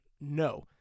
No